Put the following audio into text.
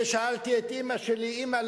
ושאלתי את אמא שלי: אמא,